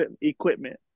equipment